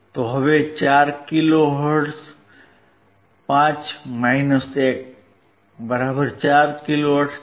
તો હવે 4 kilo hertz 4 kilo hertz છે